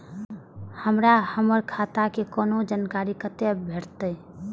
हमरा हमर खाता के कोनो जानकारी कते भेटतै